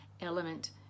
element